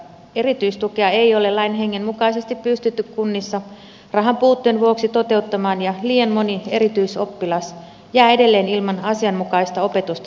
erityistukea ei ole lain hengen mukaisesti pystytty kunnissa rahanpuutteen vuoksi toteuttamaan ja liian moni erityisoppilas jää edelleen ilman asianmukaista opetusta tai tukea